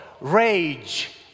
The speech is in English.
rage